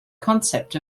concept